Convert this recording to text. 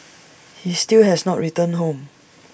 he still has not returned home